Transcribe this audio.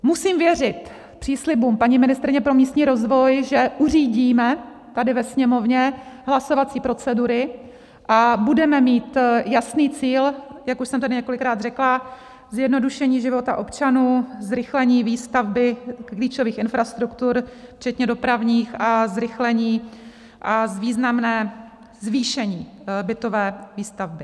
Musím věřit příslibům paní ministryně pro místní rozvoj, že uřídíme tady ve Sněmovně hlasovací procedury a budeme mít jasný cíl, jak už jsem tady několikrát řekla, zjednodušení života občanů, zrychlení výstavby klíčových infrastruktur včetně dopravních a zrychlení a významné zvýšení bytové výstavby.